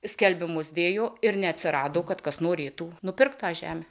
skelbimus dėjo ir neatsirado kad kas norėtų nupirkt tą žemę